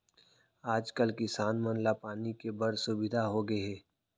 आज कल किसान मन ला पानी के बड़ सुबिधा होगे हे